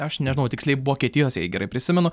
aš nežinau tiksliai vokietijos jei gerai prisimenu